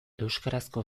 euskarazko